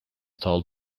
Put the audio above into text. told